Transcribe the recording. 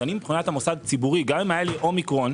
אז מבחינת המוסד הציבורי, גם אם היה אומיקרון,